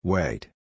Wait